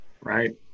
Right